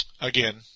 again